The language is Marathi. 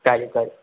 चालेल चालेल